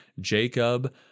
Jacob